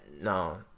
no